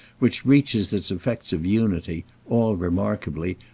which reaches its effects of unity, all remarkably,